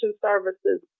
services